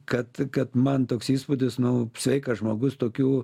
kad kad man toks įspūdis nu sveikas žmogus tokių